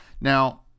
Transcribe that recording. Now